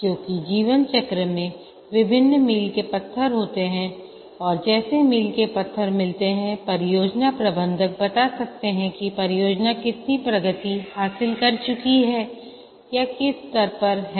क्योंकि जीवन चक्र में विभिन्न मील के पत्थर होते हैं और जैसे मील के पत्थर मिलते हैं परियोजना प्रबंधक बता सकते हैं कि परियोजना कितनी प्रगति हासिल कर चुकी है या किस स्तर पर है